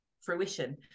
fruition